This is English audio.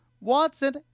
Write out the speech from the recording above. Watson